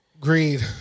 Greed